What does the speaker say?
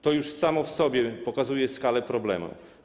To już samo w sobie pokazuje skalę problemu.